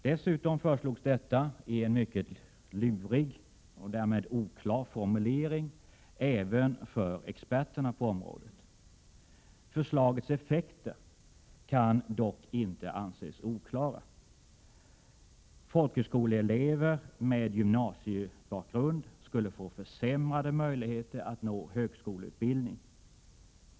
Dessutom föreslogs detta i en även för experter på området mycket ”lurig” och därmed oklar formulering. Förslagets effekter kan dock inte anses oklara. Folkhögskoleelever med gymnasiebakgrund skulle få försämrade möjligheter att nå högskoleutbildning.